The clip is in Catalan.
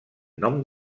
nom